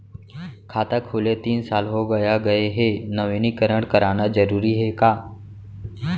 खाता खुले तीन साल हो गया गये हे नवीनीकरण कराना जरूरी हे का?